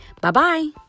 Bye-bye